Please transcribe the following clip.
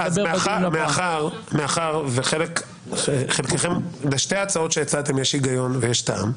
מאחר שבשתי ההצעות שהצעתם יש היגיון ויש טעם,